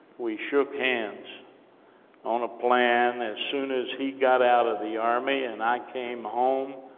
we shook hands on a plan. as soon as he got out of the army, and i came home,